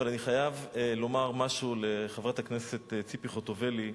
אבל אני חייב לומר משהו לחברת הכנסת ציפי חוטובלי.